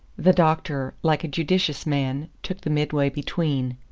the doctor, like a judicious man, took the midway between.